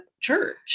church